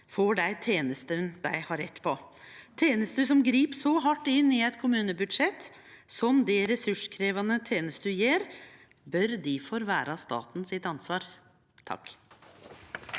får dei tenestene dei har rett på. Tenester som grip så hardt inn i eit kommunebudsjett som det ressurskrevjande tenester gjer, bør difor vere staten sitt ansvar.